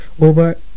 over